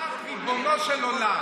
אמרת "ריבונו של עולם".